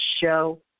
show